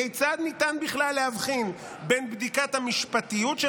"כיצד ניתן בכלל להבחין בין בדיקת 'המשפטיות' של